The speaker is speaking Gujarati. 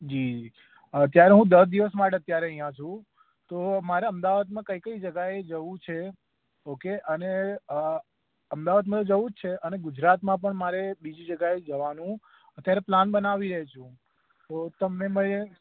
જી અત્યારે હું દસ દિવસ માટે અત્યારે અહીંયા છું તો મારે અમદાવાદમાં કઈ કઈ જગાએ જવું છે ઓકે અને અમદાવાદમાં જવું જ છે અને ગુજરાતમાં પણ મારે બીજી જગાએ જવાનું અત્યારે પ્લાન બનાવીએ છું તમે મેં